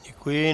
Děkuji.